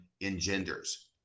engenders